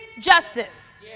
justice